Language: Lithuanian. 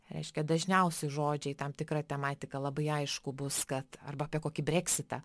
reiškia dažniausi žodžiai tam tikra tematika labai aišku bus kad arba apie kokį breksitą